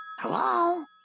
Hello